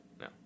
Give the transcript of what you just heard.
no